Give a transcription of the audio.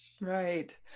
right